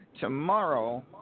Tomorrow